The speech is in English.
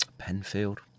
Penfield